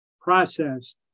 processed